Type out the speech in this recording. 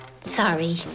Sorry